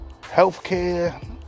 healthcare